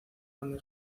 banda